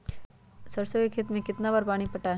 सरसों के खेत मे कितना बार पानी पटाये?